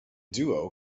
duo